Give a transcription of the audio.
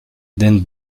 denn